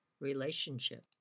relationship